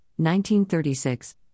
1936